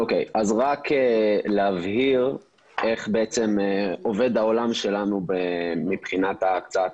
רק להבהיר איך עובד העולם שלנו בהקצאה התקציבית.